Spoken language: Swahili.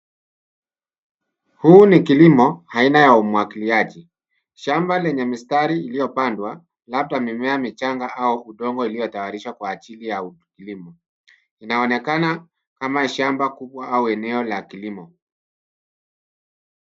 Huu ni kilimo aina ya umwagiliaji. Shamba lenye mistari iliyo pandwa labda mimea michanga au udongo ulio tayarishwa kwa ajili ya kilimo. Inaonekana kama shamba kubwa au eneo la kilimo.